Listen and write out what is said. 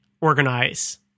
organize